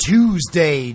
Tuesday